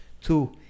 two